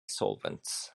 solvents